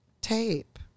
Tape